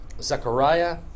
Zechariah